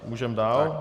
Můžeme dál.